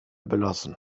belassen